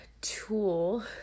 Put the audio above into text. tool